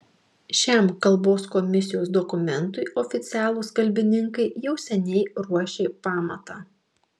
šiam kalbos komisijos dokumentui oficialūs kalbininkai jau seniai ruošė pamatą